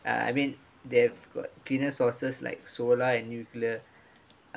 uh I mean they've got cleaner sources like solar and nuclear